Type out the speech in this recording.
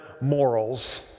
morals